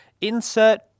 insert